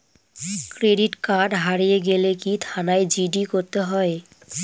Credit card হারিয়ে গেলে কি থানায় জি.ডি করতে হয়?